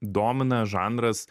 domina žanras